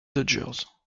dodgers